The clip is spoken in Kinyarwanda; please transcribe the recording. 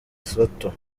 lesotho